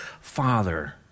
Father